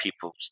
people